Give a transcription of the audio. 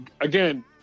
again